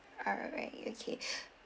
alright okay